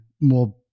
more